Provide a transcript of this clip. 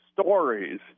stories